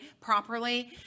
properly